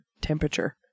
temperature